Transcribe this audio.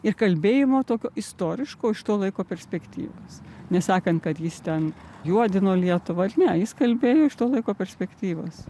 ir kalbėjimo tokio istoriško iš to laiko perspektyvos nesakant kad jis ten juodino lietuvą ne jis kalbėjo iš to laiko perspektyvos